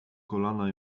kolana